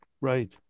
Right